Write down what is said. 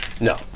no